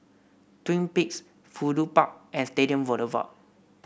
Twin Peaks Fudu Park and Stadium Boulevard